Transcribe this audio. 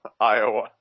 Iowa